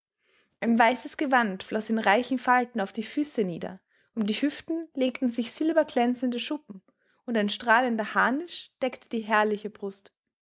ein weißes gewand floß in reichen falten auf die füße nieder um die hüften legten sich silberglänzende schuppen und ein strahlender harnisch deckte die herrliche büste